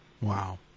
Wow